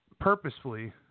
purposefully